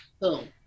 boom